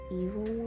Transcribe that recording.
evil